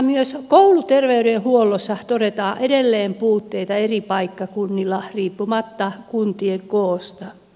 myös kouluterveydenhuollossa todetaan edelleen puutteita eri paikkakunnilla riippumatta kuntien koosta